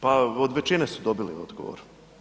Pa od većine su dobili odgovor.